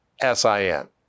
S-I-N